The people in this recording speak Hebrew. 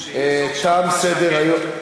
תודה רבה לכולם.